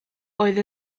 oedd